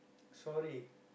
sorry